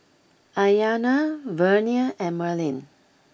Iyana Vernia and Merlin